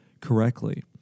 correctly